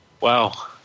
Wow